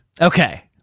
okay